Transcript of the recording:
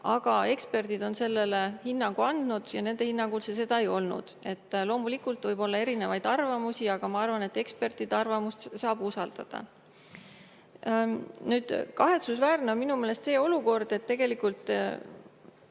Aga eksperdid on sellele hinnangu andnud ja nende hinnangul see seda ei olnud. Loomulikult võib olla erinevaid arvamusi, aga ma arvan, et ekspertide arvamust saab usaldada. Kahetsusväärne on minu meelest see olukord. Tegelikult